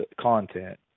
content